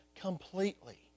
completely